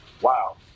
wow